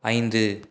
ஐந்து